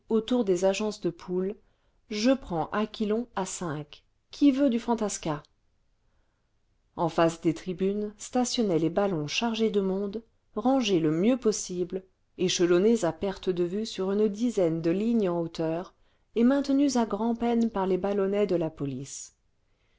autour des agences de poules je prends aquilon à cinq qui veut du fantasca en face des tribunes stationnaient les ballons chargés de monde rangés le mieux possible échelonnés à perte de vue sur une dizaine de lignes en hauteur et maintenus à grand'peine par les ballonnets de la police